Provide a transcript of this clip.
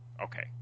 Okay